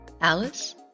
Alice